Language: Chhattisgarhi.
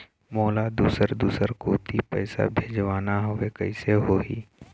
मोला दुसर दूसर कोती पैसा भेजवाना हवे, कइसे होही?